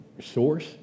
source